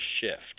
shift